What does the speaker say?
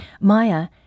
Maya